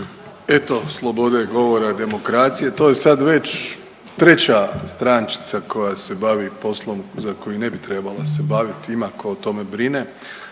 Eto slobode govore demokracije. To je sad već treća strančica koja se bavi poslom za koji ne bi trebala se baviti. Ima tko o tome brine.